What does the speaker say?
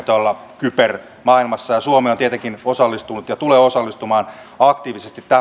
tuolla kybermaailmassa ja suomi on tietenkin osallistunut ja tulee osallistumaan aktiivisesti